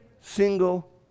single